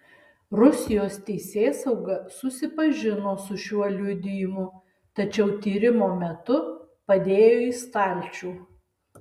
rusijos teisėsauga susipažino su šiuo liudijimu tačiau tyrimo metu padėjo į stalčių